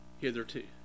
hitherto